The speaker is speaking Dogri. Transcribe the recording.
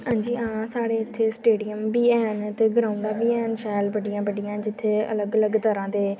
हां जी आं साढ़ै इत्थै स्टेडियम बी हैन ते ग्राउंडा बी हैन शैल बड्डियां बड्डियां जित्थै अलग्ग अलग्ग तरह दे